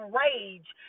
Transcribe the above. rage